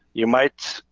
you might,